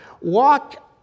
Walk